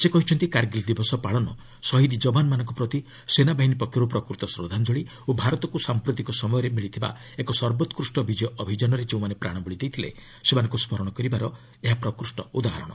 ସେ କହିଛନ୍ତି କାର୍ଗିଲ୍ ଦିବସ ପାଳନ ଶହୀଦ୍ ଯବାନମାନଙ୍କ ପ୍ରତି ସେନାବାହିନୀ ପକ୍ଷରୁ ପ୍ରକୃତ ଶ୍ରଦ୍ଧାଞ୍ଜଳି ଓ ଭାରତକୁ ସାମ୍ପ୍ରତିକ ସମୟରେ ମିଳିଥିବା ଏକ ସର୍ବୋକୃଷ୍ଟ ବିଜୟ ଅଭିଯାନରେ ଯେଉଁମାନେ ପ୍ରାଣବଳି ଦେଇଥିଲେ ସେମାନଙ୍କୁ ସ୍କରଣ କରିବାର ଏହା ପ୍ରକୃଷ୍ଣ ଉଦାହରଣ